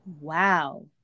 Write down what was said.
Wow